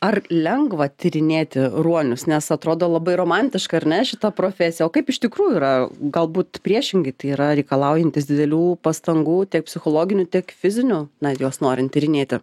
ar lengva tyrinėti ruonius nes atrodo labai romantiška ar ne šita profesija kaip iš tikrųjų yra galbūt priešingai tai yra reikalaujantis didelių pastangų psichologinių tiek fizinių na juos norint tyrinėti